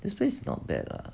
this place not bad lah